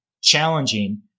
challenging